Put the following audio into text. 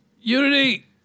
Unity